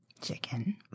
chicken